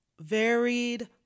varied